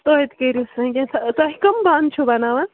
توتہِ کٔرۍہوٗس وۅنۍ کیٚنٛژھا تۄہہِ کُم بانہٕ چھِو بَناوان